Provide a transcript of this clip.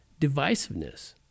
divisiveness